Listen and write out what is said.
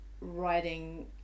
writing